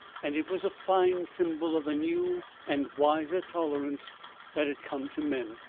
and it was a fine symbol of the new and wiser tolerance that had come to men,